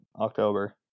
October